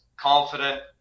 confident